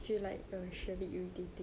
if you like she a bit irritating